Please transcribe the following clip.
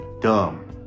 dumb